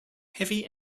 heavy